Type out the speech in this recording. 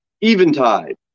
Eventide